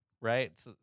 right